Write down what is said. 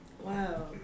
Wow